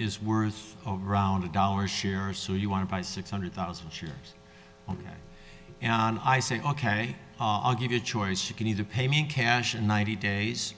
is worth around a dollar share or so you want to buy six hundred thousand shares and i say ok i'll give you a choice you can either pay me cash in ninety days